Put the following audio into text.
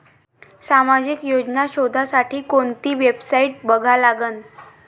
सामाजिक योजना शोधासाठी कोंती वेबसाईट बघा लागन?